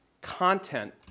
content